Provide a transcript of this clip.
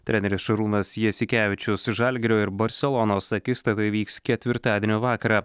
treneris šarūnas jasikevičius žalgirio ir barselonos akistata įvyks ketvirtadienio vakarą